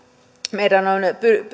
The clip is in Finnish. meidän on